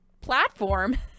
platform